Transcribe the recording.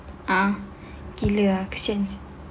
a'ah gila ah kesian